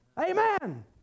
Amen